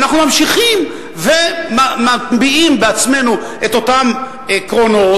אנחנו ממשיכים ומביאים בעצמנו את אותם קרונות,